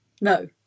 No